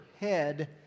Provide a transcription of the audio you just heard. head